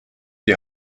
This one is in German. die